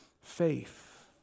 faith